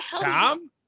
Tom